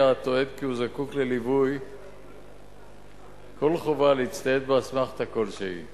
הטוען כי הוא זקוק לליווי כל חובה להצטייד באסמכתה כלשהי